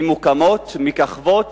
ממוקמות, מככבות